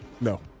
No